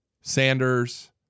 Sanders